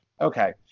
Okay